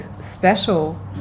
special